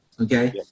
okay